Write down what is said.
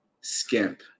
skimp